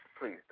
Please